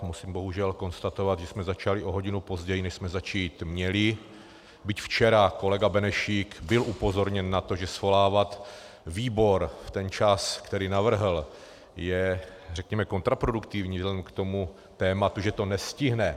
Musím bohužel konstatovat, že jsme začali o hodinu později, než jsme začít měli, byť včera kolega Benešík byl upozorněn na to, že svolávat výbor v ten čas, který navrhl, je řekněme kontraproduktivní vzhledem k tomu tématu, že to nestihne.